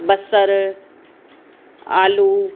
बसर आलू